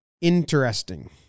interesting